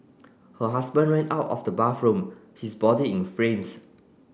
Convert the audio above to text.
her husband ran out of the bathroom his body in flames